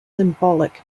symbolic